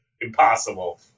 Impossible